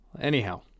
Anyhow